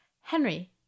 Henry